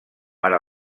ara